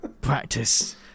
practice